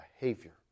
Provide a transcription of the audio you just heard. behavior